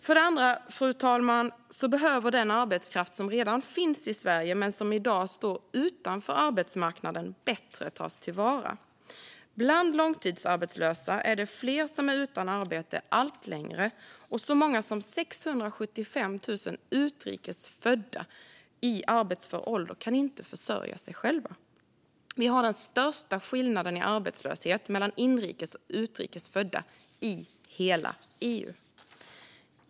För det andra, fru talman, behöver den arbetskraft som redan finns i Sverige men som i dag står utanför arbetsmarknaden bättre tas till vara. Bland långtidsarbetslösa är det fler som är utan arbete allt längre, och så många som 675 000 utrikes födda i arbetsför ålder kan inte försörja sig själva. Vi har den största skillnaden i arbetslöshet mellan inrikes och utrikes födda i hela EU.